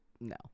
No